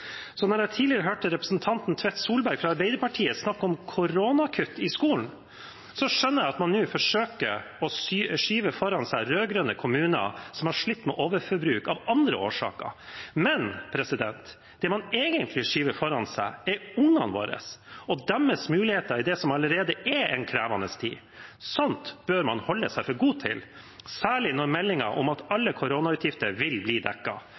Så da jeg tidligere hørte representanten Tvedt Solberg fra Arbeiderpartiet snakke om koronakutt i skolen, skjønte jeg at man nå forsøker å skyve foran seg rød-grønne kommuner som har slitt med overforbruk av andre årsaker. Men det man egentlig skyver foran seg, er ungene våre og deres muligheter i det som allerede er en krevende tid. Sånt bør man holde seg for god til, særlig når man har fått melding om at alle koronautgifter vil bli